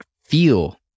feel